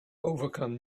overcome